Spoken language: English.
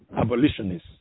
abolitionists